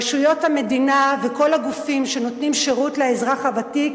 רשויות המדינה וכל הגופים שנותנים שירות לאזרח הוותיק